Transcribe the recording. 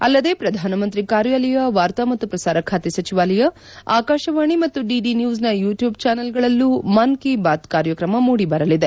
ಅಲ್ಲದೇ ಪ್ರಧಾನಮಂತ್ರಿ ಕಾರ್ಯಾಲಯ ವಾರ್ತಾ ಮತ್ತು ಪ್ರಸಾರ ಖಾತೆ ಸಚಿವಾಲಯ ಆಕಾಶವಾಣಿ ಮತ್ತು ಡಿಡಿ ನ್ನೂಸ್ನ ಯುಟೂಬ್ ಜಾನಲ್ಗಳಲ್ಲೂ ಮನ್ ಕೀ ಬಾತ್ ಕಾರ್ಯಕ್ರಮ ಮೂಡಿಬರಲಿದೆ